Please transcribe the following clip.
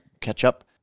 catch-up